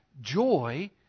joy